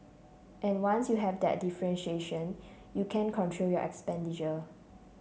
and once you have that differentiation you can control your expenditure